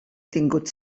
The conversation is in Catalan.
tingut